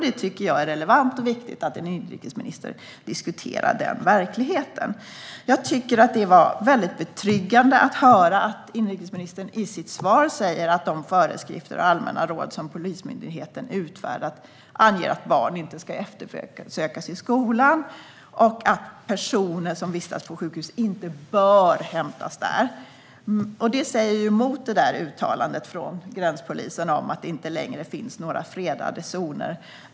Detta tycker jag är relevant och viktigt att en inrikesminister diskuterar. Det var väldigt betryggande att få höra inrikesministern i sitt svar säga att de föreskrifter och allmänna råd som Polismyndigheten har utfärdat anger att barn inte ska eftersökas i skolan och att personer som vistas på sjukhus inte bör hämtas där. Det går ju emot uttalandet från gränspolisen om att det inte längre finns några fredade zoner.